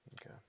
Okay